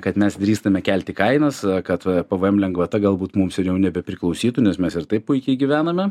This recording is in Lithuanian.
kad mes drįstame kelti kainas kad pavojams lengvata galbūt mums jau nebepriklausytų nes mes ir taip puikiai gyvename